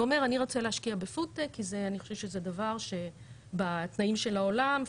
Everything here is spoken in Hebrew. ואומר אני רוצה להשקיע בפוד-טק כי אני חושב שזה דבר בתנאים של העולם,